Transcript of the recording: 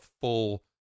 full